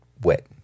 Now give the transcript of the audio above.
wet